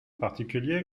particulier